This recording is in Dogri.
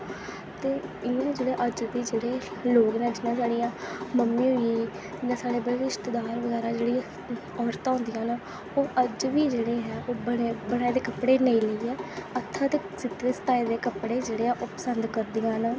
ते इ'यो जेह्ड़े अज्ज दे जेह्ड़े लोग न जि'यां साढ़ियां मम्मी होई गेई जां साढ़े जेह्ड़े रिश्तेदार बगैरा जेह्ड़ियां औरतां होदियां न ओह् अज्ज बी जेह्ड़े ऐ ओह् बनाए दे कपड़े नेईं लेइयै हत्थें दे सीते दे कपड़े जेह्ड़े ऐ ओह् पसंद करदियां न